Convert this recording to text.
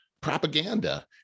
propaganda